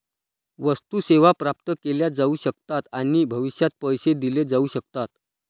वस्तू, सेवा प्राप्त केल्या जाऊ शकतात आणि भविष्यात पैसे दिले जाऊ शकतात